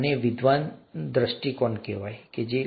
આને વિદ્વાન દૃષ્ટિકોણ કહેવાય ઠીક છે